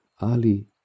Ali